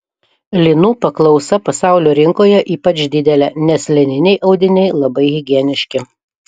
linų paklausa pasaulio rinkoje ypač didelė nes lininiai audiniai labai higieniški